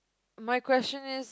my question is